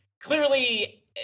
clearly